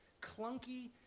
clunky